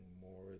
more